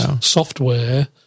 software